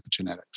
epigenetics